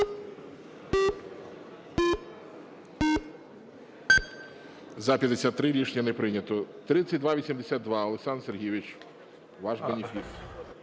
За-53 Рішення не прийнято. 3282. Олександр Сергійович, ваш бенефіс.